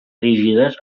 rígides